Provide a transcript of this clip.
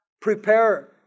Prepare